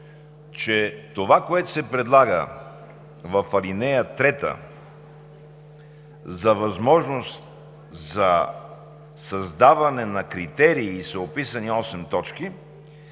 че това, което се предлага в ал. 3 за възможност за създаване на критерии и са описани осем точки,